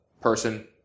person